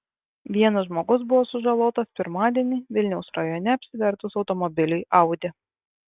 vienas žmogus buvo sužalotas pirmadienį vilniaus rajone apsivertus automobiliui audi